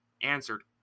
answered